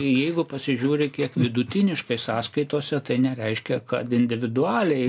jeigu pasižiūri kiek vidutiniškai sąskaitose tai nereiškia kad individualiai